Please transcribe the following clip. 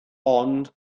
ond